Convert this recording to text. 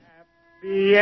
Happy